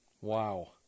Wow